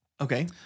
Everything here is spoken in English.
Okay